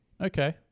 Okay